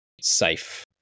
safe